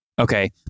Okay